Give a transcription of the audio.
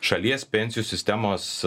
šalies pensijų sistemos